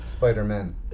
Spider-Man